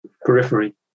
periphery